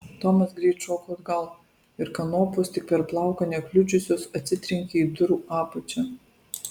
tomas greit šoko atgal ir kanopos tik per plauką nekliudžiusios atsitrenkė į durų apačią